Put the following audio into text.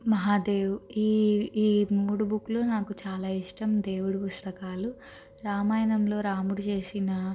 మహాదేవ్ ఈ ఈ మూడు బుక్లు నాకు చాలా ఇష్టం దేవుడి పుస్తకాలు రామాయణంలో రాముడు చేసిన